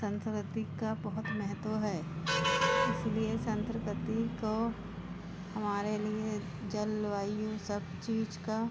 संस्कृति का बहुत महत्व है इसलिए संस्कृति को हमारे लिए जल वायु सब चीज़ का